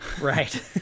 right